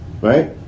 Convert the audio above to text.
right